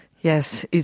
Yes